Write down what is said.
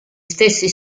stessi